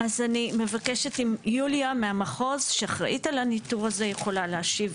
אז אני מבקשת אם יוליה מהמחוז שאחראית על הניטור הזה יכולה להשיב.